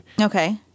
Okay